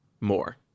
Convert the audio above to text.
more